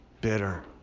bitter